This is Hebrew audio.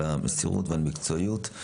על המסירות והמקצועיות.